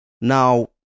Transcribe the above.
Now